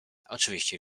oczywiście